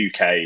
UK